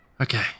Okay